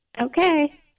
Okay